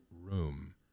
room